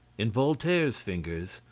in voltaire's fingers,